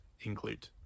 include